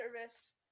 service